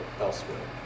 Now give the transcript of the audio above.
elsewhere